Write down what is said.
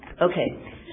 okay